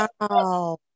Wow